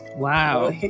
Wow